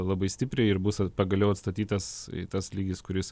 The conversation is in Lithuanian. labai stipriai ir bus ir pagaliau atstatytas tas lygis kuris